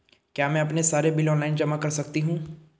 क्या मैं अपने सारे बिल ऑनलाइन जमा कर सकती हूँ?